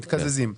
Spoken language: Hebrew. מתקזזים.